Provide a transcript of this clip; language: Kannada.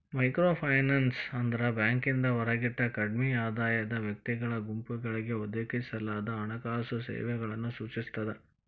ಮೈಕ್ರೋಫೈನಾನ್ಸ್ ಅಂದ್ರ ಬ್ಯಾಂಕಿಂದ ಹೊರಗಿಟ್ಟ ಕಡ್ಮಿ ಆದಾಯದ ವ್ಯಕ್ತಿಗಳ ಗುಂಪುಗಳಿಗೆ ಒದಗಿಸಲಾದ ಹಣಕಾಸು ಸೇವೆಗಳನ್ನ ಸೂಚಿಸ್ತದ